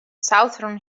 southern